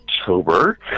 October